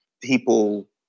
people